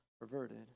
perverted